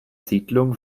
siedlung